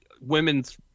women's